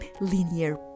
linear